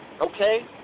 Okay